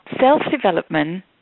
self-development